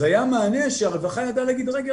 זה היה מענה שהרווחה ידעה להגיד 'רגע,